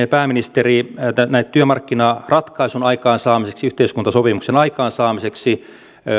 ja pääministeri ovat olleet myöskin pitkämielisiä työmarkkinaratkaisun aikaansaamiseksi yhteiskuntasopimuksen aikaansaamiseksi